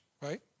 right